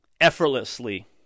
effortlessly